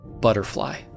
butterfly